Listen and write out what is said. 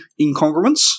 incongruence